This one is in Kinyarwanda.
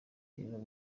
rero